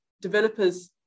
developers